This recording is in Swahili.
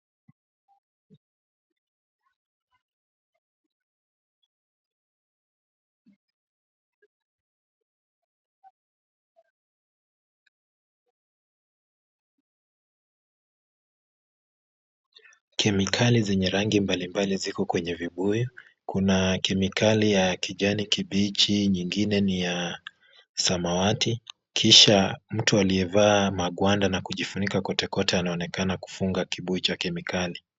Kemikali za rangi mbalimbali ziko kwenye kibuyu, kuna kemikali ya kijani kibichi, ingine ni ya samawati. Kisha mtu aliyevaa magwanda na kujifunika kotekote anaonekana kufunga kibuyu cha kemikali.